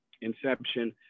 inception